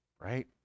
right